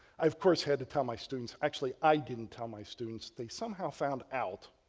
of course had to tell my students. actually i didn't tell my students. they somehow found out.